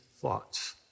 thoughts